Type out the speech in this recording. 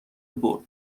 برد